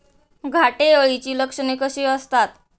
घाटे अळीची लक्षणे कशी असतात?